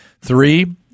Three